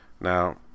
Now